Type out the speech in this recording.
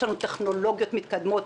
יש לנו טכנולוגיות מתקדמות,